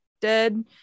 dead